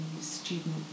student